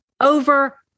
over